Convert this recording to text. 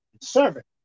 servant